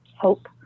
hope